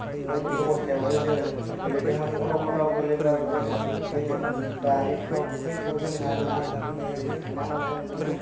बेबायदि अबस्थायावबो जोङो गोलैदोंमोन अलखदाव गोग्लैब्लाबो जोङो बिदिनो बारिफोरावथ' जोंहा ना आरि मोना ओमफ्राय बिदिनो